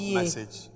message